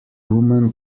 woman